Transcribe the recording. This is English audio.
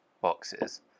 boxes